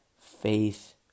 faith